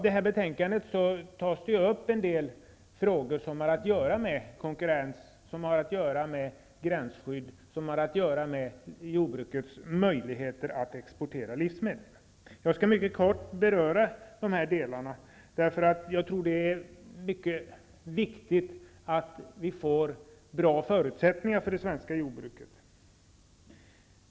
I betänkandet tas det upp en del frågor som har att göra med konkurrens, med gränsskydd och med jordbrukets möjligheter att exportera livsmedel. Jag skall mycket kort beröra de här delarna. Jag tror att det är mycket viktigt att vi får bra förutsättningar för det svenska jordbruket.